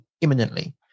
imminently